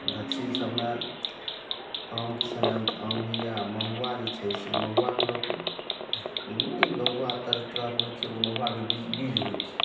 गाछीसबमे आमके समयमे तऽ आम होइ यऽ आओर महुआ जे छै से महुआके लोक ओ ने महुआ तरह तरहके होइ छै एगो महुआके बीज बीज होइ छै